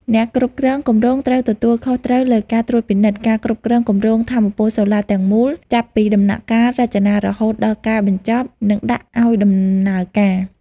អ្នកគ្រប់គ្រងគម្រោងត្រូវទទួលខុសត្រូវលើការត្រួតពិនិត្យ ការគ្រប់គ្រងគម្រោងថាមពលសូឡាទាំងមូល ចាប់ពីដំណាក់កាលរចនារហូតដល់ការបញ្ចប់ និងដាក់ឱ្យដំណើរការ។